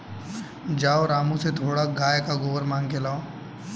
जाओ रामू से थोड़ा गाय का गोबर मांग के लाओ